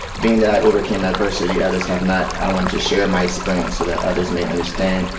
being that i overcame adversity others have not, i wanted to share my experience, so that others may understand,